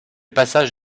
passage